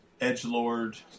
edgelord